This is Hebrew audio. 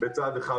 בצד אחד,